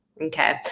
Okay